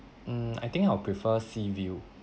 mm I think I'll prefer sea view